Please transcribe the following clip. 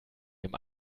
dem